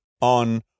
on